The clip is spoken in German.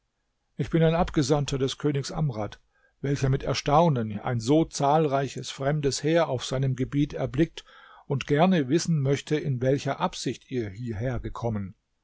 ich bin ein abgesandter des königs amrad welcher mit erstaunen ein so zahlreiches fremdes heer auf seinem gebiet erblickt und gern wissen möchte in welcher absicht ihr hierher gekommen